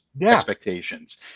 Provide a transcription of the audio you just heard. expectations